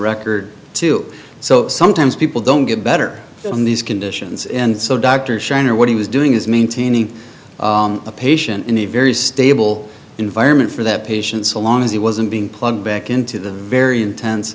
record too so sometimes people don't get better on these conditions in so dr scheiner what he was doing is maintaining a patient in a very stable environment for that patient so long as he wasn't being plugged back into the very intense